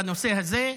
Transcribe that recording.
בנושא הזה,